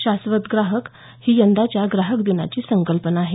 शाश्वत ग्राहक ही यंदाच्या ग्राहक दिनाची संकल्पना आहे